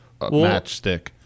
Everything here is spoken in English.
matchstick